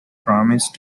promised